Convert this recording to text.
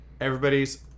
everybody's